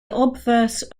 obverse